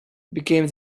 became